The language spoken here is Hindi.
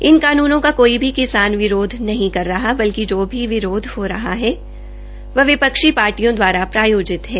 इन कानूनों का कोई भी किसान विरोध नहीं कर रहा बल्कि जो भी विरोध हो रहा है वह विपक्षी पार्टियों द्वारा प्रायोजित है